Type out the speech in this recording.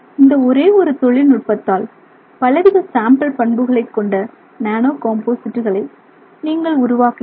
இந்த ஒரே ஒரு தொழில் நுட்பத்தால் பல வித சாம்பிள் பண்புகளை கொண்ட நானோகாம்போசிட்டுகளை நீங்கள் உருவாக்குகிறீர்கள்